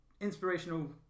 inspirational